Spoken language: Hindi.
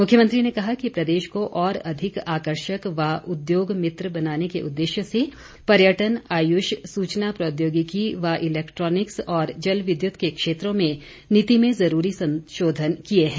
मुख्यमंत्री ने कहा कि प्रदेश को और अधिक आकर्षक व उद्योगमित्र बनाने के उददेश्य से पर्यटन आयुष सूचना प्रौद्योगिकी व इलैक्ट्रॉनिक्स और जल विद्युत के क्षेत्रों में नीति में ज़रूरी संशोधन किए हैं